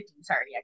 sorry